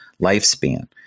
lifespan